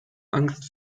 angst